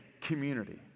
community